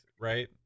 right